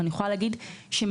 אני יכולה להגיד שמניסיוני,